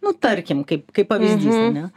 nu tarkim kaip kaip pavyzdys ane